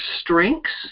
strengths